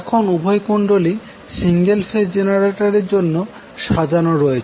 এখন উভয় কুণ্ডলী সিঙ্গেল ফেজ জেনারেটর জন্য সাজানো রয়েছে